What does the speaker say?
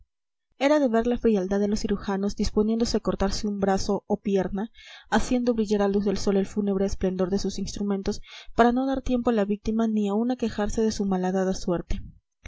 era de ver la frialdad de los cirujanos disponiendo se cortase un brazo o pierna haciendo brillar a la luz del sol el fúnebre esplendor de sus instrumentos para no dar tiempo a la víctima ni aun a quejarse de su malhadada suerte